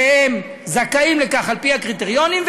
לכאלה שזכאים לכך על-פי הקריטריונים,